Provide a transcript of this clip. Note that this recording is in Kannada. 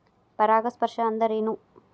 ಪರಾಗಸ್ಪರ್ಶ ಅಂದರೇನು?